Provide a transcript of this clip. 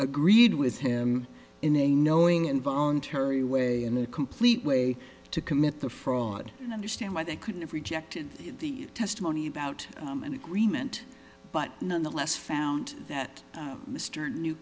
agreed with him in a knowing involuntary way in a complete way to commit the fraud and understand why they couldn't have rejected the testimony about an agreement but nonetheless found that mr knew